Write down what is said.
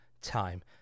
time